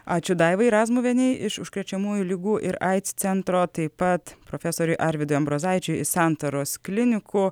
ačiū daivai razmuvienei iš užkrečiamųjų ligų ir aids centro taip pat profesoriui arvydui ambrozaičiui santaros klinikų